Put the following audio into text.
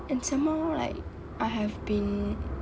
and some more like I have been